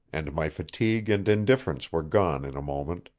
and my fatigue and indifference were gone in a moment.